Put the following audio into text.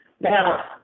Now